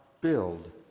build